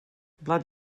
blat